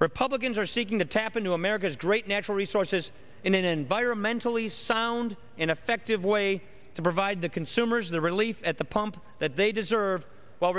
republicans are seeking to tap into america's great natural resources in an environmentally sound and effective way to provide the consumers the relief at the pump that they deserve while